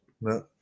No